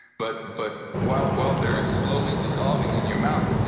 but but while while they're slowly dissolving in your mouth,